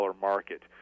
market